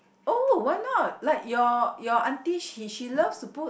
oh why not like your your aunty she she loves to put